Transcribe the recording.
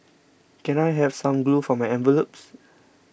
can I have some glue for my envelopes